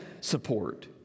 support